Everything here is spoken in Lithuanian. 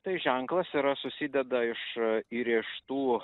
tai ženklas yra susideda iš įrėžtų